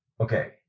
Okay